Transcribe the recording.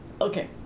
Okay